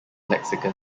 lexicon